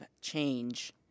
change